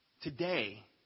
Today